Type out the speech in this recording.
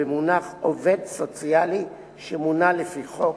במונח "עובד סוציאלי שמונה לפי חוק".